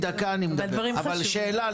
לא, אבל יש לי שאלה.